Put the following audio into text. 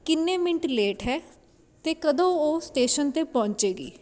ਕਿੰਨੇ minute late ਹੈ ਅਤੇ ਕਦੋਂ ਉਹ ਸਟੇਸ਼ਨ 'ਤੇ ਪਹੁੰਚੇਗੀ